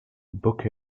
bouquet